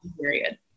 period